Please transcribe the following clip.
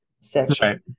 section